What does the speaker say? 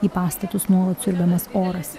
į pastatus nuolat siurbiamas oras